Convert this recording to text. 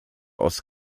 aus